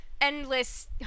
Endless